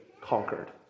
conquered